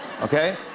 Okay